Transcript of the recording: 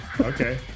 Okay